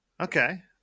Okay